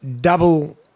Double